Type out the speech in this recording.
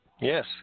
Yes